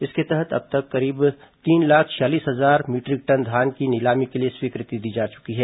इसके तहत अब तक करीब तीन लाख छियालीस हजार मीटरिक टन धान की नीलामी के लिए स्वीकृति दी जा चुकी है